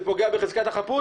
זה פוגע בחזקת החפות,